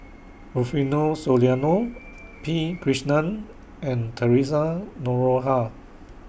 Rufino Soliano P Krishnan and Theresa Noronha